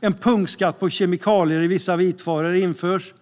En punktskatt på kemikalier i vissa vitvaror införs.